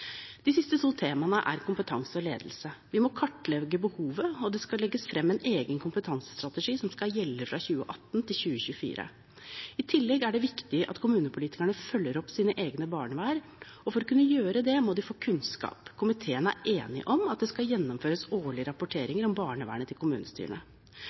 De siste to temaene er kompetanse og ledelse. Vi må kartlegge behovet, og det skal legges frem en egen kompetansestrategi som skal gjelde fra 2018 til 2024. I tillegg er det viktig at kommunepolitikerne følger opp sitt eget barnevern, og for å kunne gjøre det må de få kunnskap. Komiteen er enig om at det skal gjennomføres årlige